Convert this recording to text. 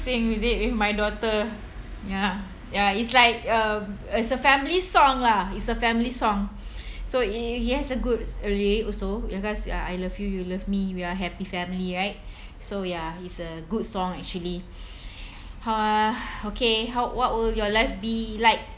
sing with it with my daughter ya ya it's like a it's a family song lah it's a family song so it its has a good lyrics also because I love you you love me we're happy family right so ya it's a good song actually ah okay how what will your life be like